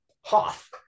Hoth